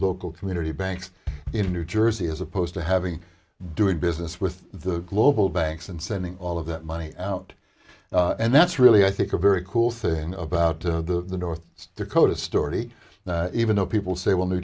local community banks in new jersey as opposed to having doing business with the global banks and sending all of that money out and that's really i think a very cool thing about to decode a story even though people say well new